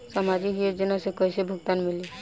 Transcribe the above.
सामाजिक योजना से कइसे भुगतान मिली?